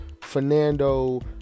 Fernando